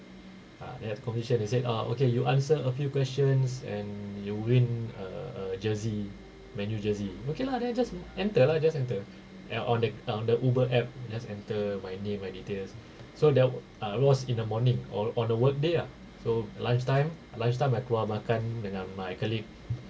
uh they have competition they said ah okay you answer a few questions and you win a a jersey man U jersey okay lah then I just enter lah I just enter and on the um the Uber app just enter my name my details so that uh was in the morning on on the work day ah so lunch time lunch time I keluar makan dengan my colleague